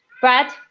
Brad